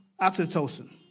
oxytocin